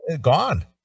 Gone